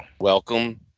Welcome